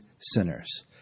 sinners